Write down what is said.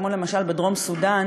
כמו למשל בדרום-סודאן,